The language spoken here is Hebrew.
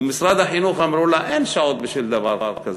ובמשרד החינוך אמרו לה: אין שעות בשביל דבר כזה.